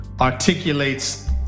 articulates